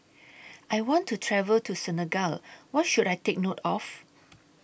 I want to travel to Senegal What should I Take note of